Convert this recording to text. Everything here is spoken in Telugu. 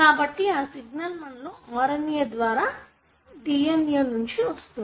కాబట్టి ఆ సిగ్నల్ మనలో RNA ద్వారా DNA లో నుండి వస్తుంది